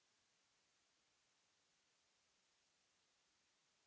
Merci,